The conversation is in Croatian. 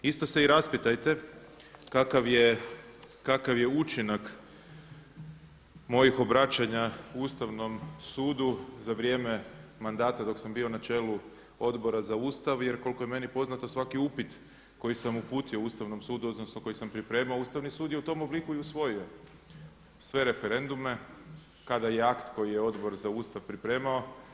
Isto se i raspitajte kakav je učinak mojih obraćanja Ustavnom sudu za vrijeme mandata dok sam bio na čelu Odbora za Ustav, jer koliko je meni poznato svaki upit koji sam uputio Ustavnom sudu, odnosno koji sam pripremao Ustavni sud je u tom obliku i usvojio sve referendume kada je akt koji je Odbor za Ustav pripremao.